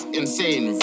insane